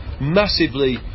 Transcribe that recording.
massively